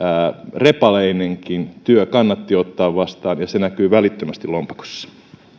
repaleinenkin työ kannattaa ottaa vastaan ja se näkyy välittömästi lompakossa